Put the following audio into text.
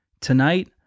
tonight